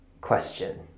question